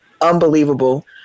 unbelievable